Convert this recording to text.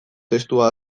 testua